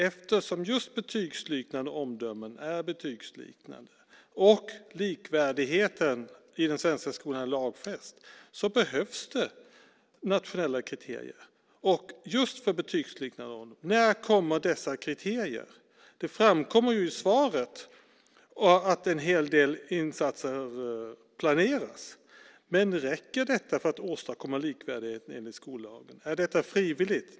Eftersom just betygsliknande omdömen är betygsliknande och likvärdigheten i den svenska skolan är lagfäst behövs det nationella kriterier för just betygsliknande omdömen. När kommer dessa kriterier? Det framkommer i svaret att en hel del insatser planeras, men räcker detta för att åstadkomma likvärdighet enligt skollagen. Är detta frivilligt?